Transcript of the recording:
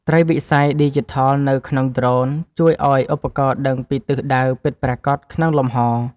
ត្រីវិស័យឌីជីថលនៅក្នុងដ្រូន ជួយឱ្យឧបករណ៍ដឹងពីទិសដៅពិតប្រាកដក្នុងលំហ។